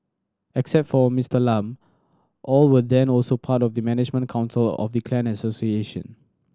except for Mister Lam all were then also part of the management council of the clan association